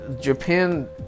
Japan